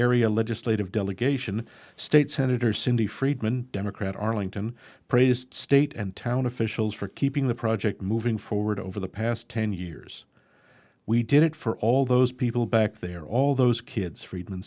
area legislative delegation state senator cindy freedman democrat arlington praised state and town officials for keeping the project moving forward over the past ten years we did it for all those people back there all those kids friedman